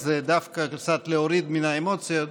אז דווקא כדי להוריד קצת מן האמוציות,